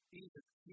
Jesus